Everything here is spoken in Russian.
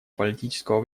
политического